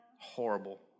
Horrible